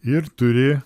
ir turi